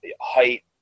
height